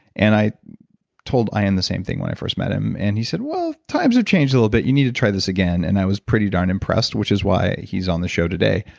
and i told ian the same thing when i first met him, and he said, well, times have changed a little bit. you need to try this again. and i was pretty darn impressed, which is why he's on the show today.